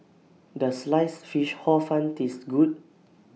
Does Sliced Fish Hor Fun Taste Good